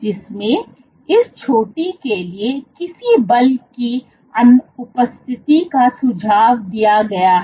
जिसमें इस चोटी के लिए किसी बल की अनुपस्थिति का सुझाव दिया गया है